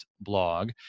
blog